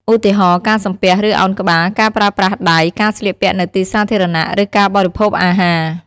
ឧទាហរណ៍ ការសំពះ ឬឱនក្បាល ការប្រើប្រាស់ដៃ ការស្លៀកពាក់នៅទីសាធារណៈ ឬការបរិភោគអាហារ។